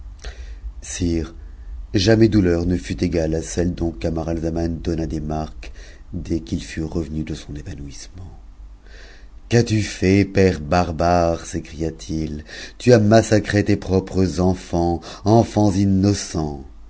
jamais douleur ne fut égale à celle dont c ut ara zaman donna des marques dès qu'il fut revenu de son évanouissement qu'as-tu fait hère barbare psécria i i tu as massacré tes propres enfants enfants innocents